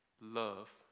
love